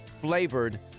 flavored